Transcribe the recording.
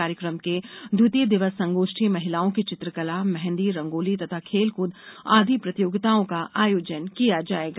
कार्यक्रम के द्वितीय दिवस संगोष्ठी महिलाओं की चित्रकला मेंहदी रंगोली तथा खेलकृद आदि प्रतियोगिताओं का आयोजन किया जायेगा